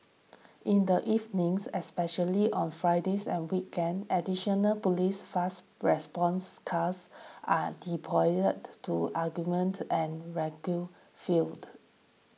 in the evenings especially on Fridays and weekends additional police fast response cars are deployed to augment and regular field